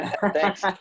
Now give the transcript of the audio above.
Thanks